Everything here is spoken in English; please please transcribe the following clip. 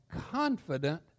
confident